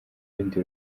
ibindi